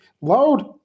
Load